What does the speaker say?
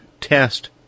test